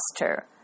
master